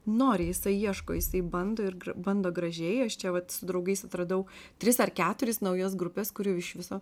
nori jisai ieško jisai bando ir gr bando gražiai aš čia vat su draugais atradau tris ar keturis naujas grupes kurių iš viso